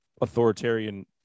authoritarian